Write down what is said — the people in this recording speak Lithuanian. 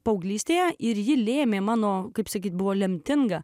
paauglystėje ir jį lėmė mano kaip sakyti buvo lemtinga